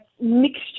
mixture